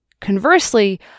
Conversely